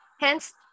Hence